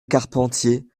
carpentier